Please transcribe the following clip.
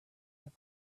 your